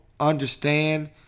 understand